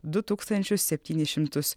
du tūkstančius septynis šimtus